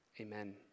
Amen